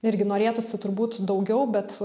irgi norėtųsi turbūt daugiau bet